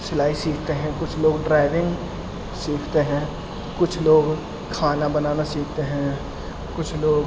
سلائی سیکھتے ہیں کچھ لوگ ڈرائیونگ سیکھتے ہیں کچھ لوگ کھانا بنانا سیکھتے ہیں کچھ لوگ